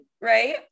right